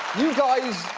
you guys.